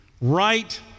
right